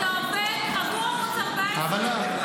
אתה עובד אצל הערוץ של השלטון.